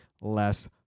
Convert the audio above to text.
less